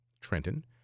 Trenton